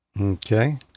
Okay